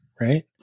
right